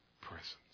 presence